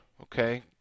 okay